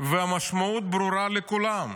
והמשמעות ברורה לכולם.